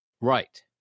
Right